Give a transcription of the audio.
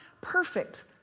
perfect